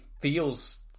feels